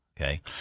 okay